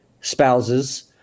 spouses